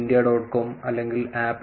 com അല്ലെങ്കിൽ apple